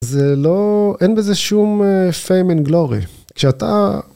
זה לא, אין בזה שום fame and glory, כשאתה...